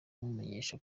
amumenyesha